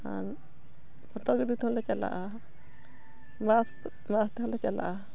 ᱟᱨ ᱦᱚᱴᱚ ᱜᱟᱰᱮ ᱛᱮᱦᱚᱸ ᱞᱮ ᱪᱟᱞᱟᱜᱼᱟ ᱵᱟᱥ ᱵᱟᱥ ᱛᱮᱦᱚᱸ ᱞᱮ ᱪᱟᱞᱟᱜᱼᱟ